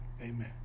amen